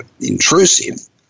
intrusive